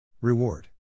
Reward